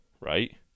Right